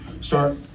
start